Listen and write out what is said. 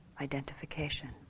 identification